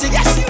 Yes